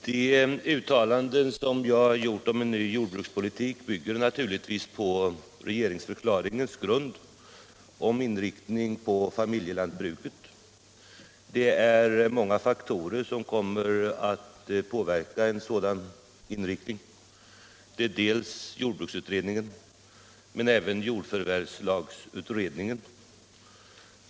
Herr talman! De uttalanden som jag gjort om en ny jordbrukspolitik bygger naturligtvis på regeringsförklaringens ord om inriktning på familjelantbruket. Det är många faktorer som kommer att påverka en sådan inriktning. Med dessa frågor arbetar dels jordbruksutredningen, dels även jordförvärvslagsutredningen.